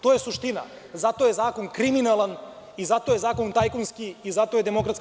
To je suština i zato je zakon kriminalan i zato je zakon tajkunski i zato je DS protiv toga.